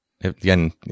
Again